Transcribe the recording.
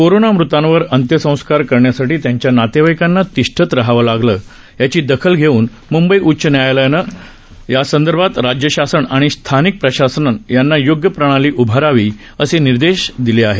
corona मृतांवर अंत्यसंस्कार करण्यासाठी त्यांच्या नातेवाईकांना तिष्ठत राहावं लागतं याची दखल मुंबई उच्च न्यायालयानं घेतली असुन यासंदर्भात राज्य शासन आणि स्थानिक प्रशासनानं योग्य प्रणाली उभारावी असे निर्देश न्यायालयानं दिले आहेत